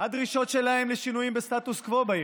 הדרישות שלהם לשינויים בסטטוס קוו בעיר,